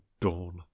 dawn